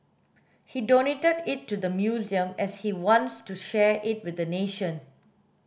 he donated it to the museum as he wants to share it with the nation